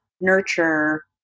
nurture